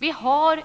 Vi har